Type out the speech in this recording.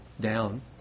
down